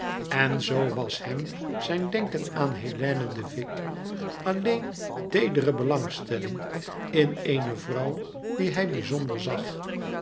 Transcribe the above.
en zoo was hem zijn denken aan hélène de vicq alleen teedere belangstelling in eene vrouw die hij bizonder zag